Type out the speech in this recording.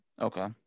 Okay